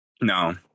No